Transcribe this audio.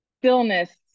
stillness